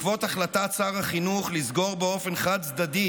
בעקבות החלטת שר החינוך לסגור בשבוע הבא באופן חד-צדדי